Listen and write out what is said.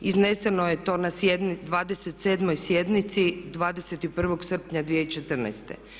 Izneseno je to na 27. sjednici 21. srpnja 2014.